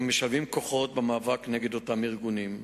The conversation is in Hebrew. הם משלבים כוחות במאבק נגד אותם ארגונים.